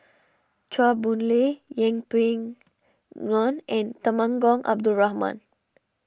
Chua Boon Lay Yeng Pway Ngon and Temenggong Abdul Rahman